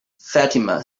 fatima